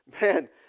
man